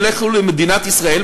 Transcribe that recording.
ילכו למדינת ישראל,